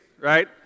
Right